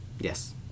Yes